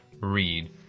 Read